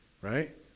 right